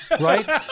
right